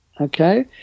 Okay